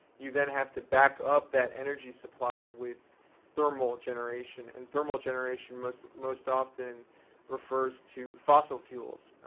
you then have to back up that energy supply with thermal generation. and thermal generation most most often refers to fossil fuels.